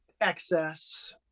Excess